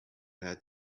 had